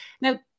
Now